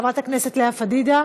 חברת הכנסת לאה פדידה,